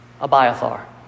Abiathar